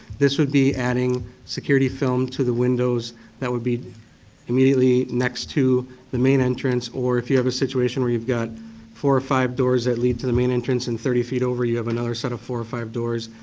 this would be adding security film to the windows that would be immediately next to the main entrance. or if you have a situation where you've got four or five doors that lead to the main entrance and thirty feet over you have another set of four or five doors,